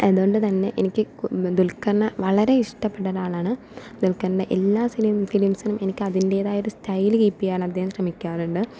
അതുകൊണ്ട് തന്നെ എനിക്ക് ദുൽഖറിനെ വളരെയിഷ്ടപ്പെട്ടൊരാളാണ് ദുൽഖറിന് എല്ലാ സിനി ഫിലിമ്സിനും എനിക്കതിൻ്റെതായ സ്റ്റൈല് കീപെയ്യാൻ അദ്ദേഹം ശ്രമിക്കാറുണ്ട്